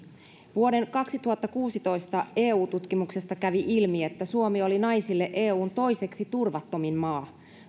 vuoden kaksituhattakuusitoista eu tutkimuksesta kävi ilmi että suomi oli naisille eun toiseksi turvattomin maa